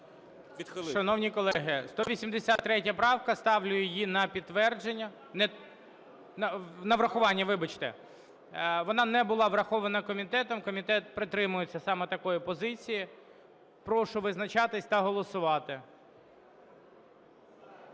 Шановні колеги, 183 правка, ставлю її на підтвердження… На врахування, вибачте, вона не була врахована комітетом, комітет притримується саме такої позиції. Прошу визначатись та голосувати.